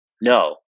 No